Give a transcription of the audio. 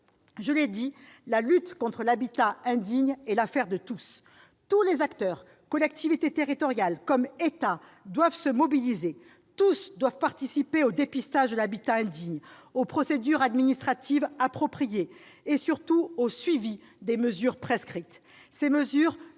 Je l'ai dit, la lutte contre l'habitat indigne est l'affaire de tous. Tous les acteurs, collectivités territoriales comme État, doivent se mobiliser. Tous doivent participer au dépistage de l'habitat indigne, aux procédures administratives appropriées et, surtout, au suivi des mesures prescrites.